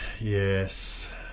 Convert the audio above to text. Yes